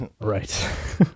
right